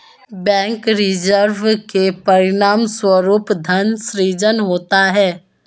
bank reserve के परिणामस्वरूप धन सृजन होता है